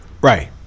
right